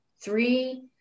Three